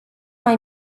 mai